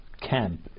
camp